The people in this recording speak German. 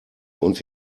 und